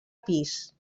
pis